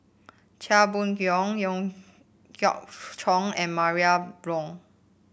Chia Boon Leong Howe Yoon Chong and Maria Hertogh